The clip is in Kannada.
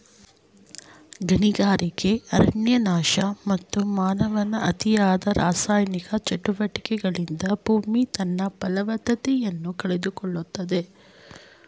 ಗಣಿಗಾರಿಕೆ, ಅರಣ್ಯನಾಶ, ಮತ್ತು ಮಾನವನ ಅತಿಯಾದ ರಾಸಾಯನಿಕ ಚಟುವಟಿಕೆಗಳಿಂದ ಭೂಮಿ ತನ್ನ ಫಲವತ್ತತೆಯನ್ನು ಕಳೆದುಕೊಳ್ಳುತ್ತಿದೆ